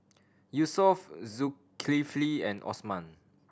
Yusuf Zulkifli and Osman